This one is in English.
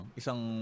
isang